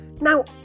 now